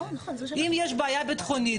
אם יש בעיה ביטחונית,